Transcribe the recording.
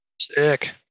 Sick